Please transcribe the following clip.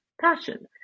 passion